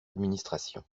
administration